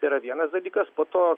tai yra vienas dalykas po to